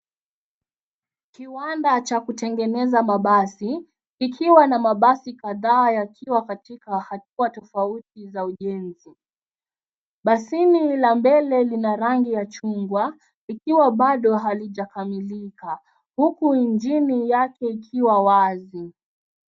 Kiwanda cha kutengeneza mabasi, ikiwa na mabasi kadhaa yakiwa katika hatua tofauti za ujenzi. Basini la mbele lina rangi ya chungwa, ikiwa bado haijakamikila, huku injini yake ikiwa wazi.